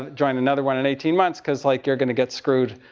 join another one in eighteen months. because like, you're going to get screwed.